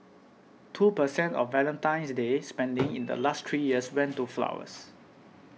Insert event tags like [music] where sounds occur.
two per cent of Valentine's Day [noise] spending in the last three years went to flowers